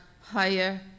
higher